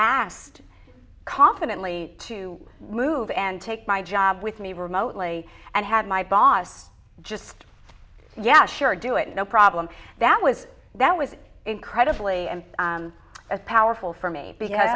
asked confidently to move and take my job with me remotely and had my boss just yeah sure do it no problem that was that was incredibly as powerful for me